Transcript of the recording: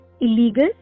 illegal